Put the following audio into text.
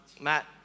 Matt